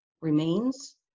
remains